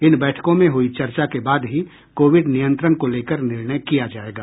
इन बैठकों में हुई चर्चा के बाद ही कोविड नियंत्रण को लेकर निर्णय किया जायेगा